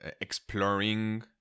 exploring